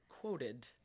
quoted